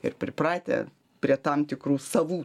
ir pripratę prie tam tikrų savų